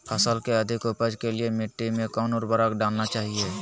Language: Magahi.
फसल के अधिक उपज के लिए मिट्टी मे कौन उर्वरक डलना चाइए?